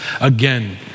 again